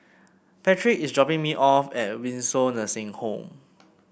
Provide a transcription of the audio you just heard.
Patric is dropping me off at Windsor Nursing Home